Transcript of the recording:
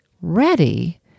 ready